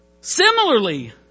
Similarly